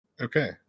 Okay